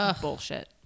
Bullshit